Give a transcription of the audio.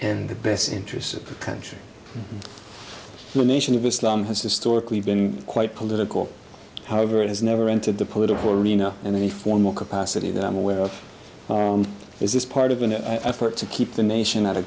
and the best interests of the country the nation of islam has historically been quite political however it has never entered the political arena in any formal capacity that i'm aware of is this part of an effort to keep the nation at a